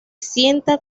sienta